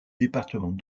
département